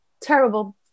terrible